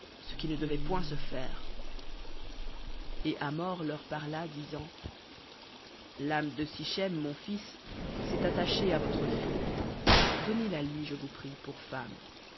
ce qui ne devait point se faire et hamor leur parla disant l'âme de sichem mon fils s'est attachée à votre fille donnez-la-lui je vous prie pour femme